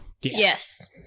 Yes